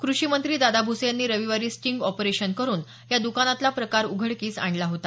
कृषी मंत्री दादा भुसे यांनी रविवारी स्टिंग ऑपरेशन करुन या दकानातला प्रकार उघडकीस आणला होता